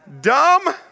Dumb